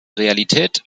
realität